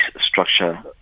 structure